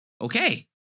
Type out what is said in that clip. Okay